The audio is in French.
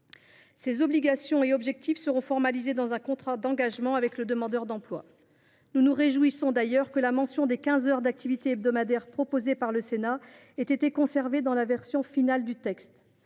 Ces obligations et objectifs seront formalisés dans un contrat d’engagement avec le demandeur d’emploi. Nous nous réjouissons, d’ailleurs, que la mention des quinze heures d’activité hebdomadaires proposée par le Sénat ait été conservée dans la version finale du texte.